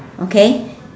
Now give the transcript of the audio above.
okay